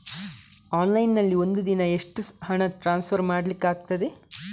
Online ನಲ್ಲಿ ಒಂದು ದಿನ ಎಷ್ಟು ಹಣ ಟ್ರಾನ್ಸ್ಫರ್ ಮಾಡ್ಲಿಕ್ಕಾಗ್ತದೆ?